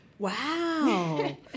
Wow